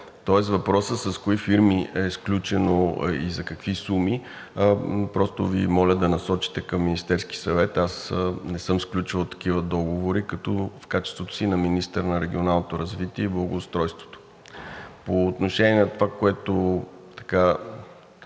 Тоест въпросът с кои фирми е сключено и за какви суми, просто Ви моля да насочите към Министерския съвет, аз не съм сключвал такива договори в качеството си на министър на регионалното развитие и благоустройството. По отношение на това, което…